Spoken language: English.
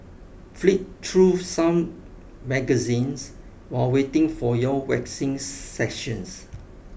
flick through some magazines while waiting for your waxing session